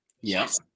Yes